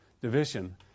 division